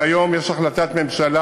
והיום יש החלטת ממשלה,